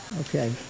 okay